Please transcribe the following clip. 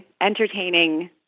entertaining